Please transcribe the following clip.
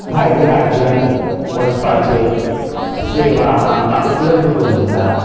भायल्या राज्यांनी वचपाची सेवा आमकां उपलब्द करून दिता